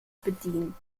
bedienen